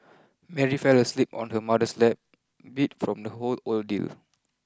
Mary fell asleep on her mother's lap beat from the whole ordeal